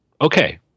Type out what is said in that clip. Okay